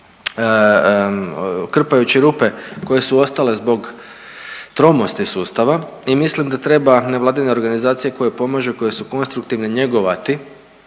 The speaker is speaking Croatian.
krpajući rupe koje su ostale zbog tromosti sustava i mislim da treba nevladine organizacije koje pomažu i koje su konstruktivne njegovati